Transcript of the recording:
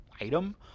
item